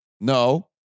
No